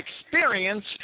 experience